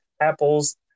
apples